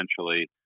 essentially